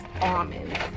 almonds